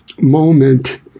moment